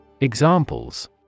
Examples